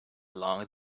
along